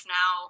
now